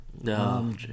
no